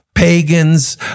pagans